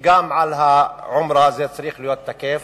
שגם כלפי העומרה זה צריך להיות תקף.